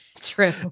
True